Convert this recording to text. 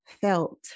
felt